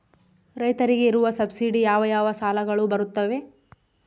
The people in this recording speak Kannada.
ರೈತರಿಗೆ ಇರುವ ಸಬ್ಸಿಡಿ ಯಾವ ಯಾವ ಸಾಲಗಳು ಬರುತ್ತವೆ?